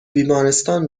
بیمارستان